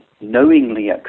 knowingly